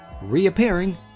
reappearing